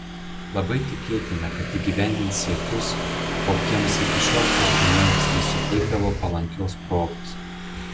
labai tikėtina kad įgyvendins siekius kokiems iki šiol fortūna vis nesuteikdavo palankios progos